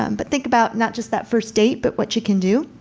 um but think about not just that first date, but what you can do.